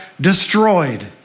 destroyed